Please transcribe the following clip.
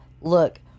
look